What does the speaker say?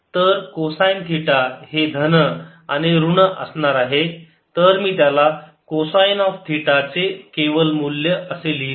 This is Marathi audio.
तर कोसाईन थिटा हे धन आणि ऋण असणार आहे तर मी त्याला कोसाइन ऑफ थिटा चे केवल मूल्य असे लिहितो